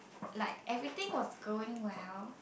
like everything was going well